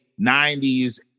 90s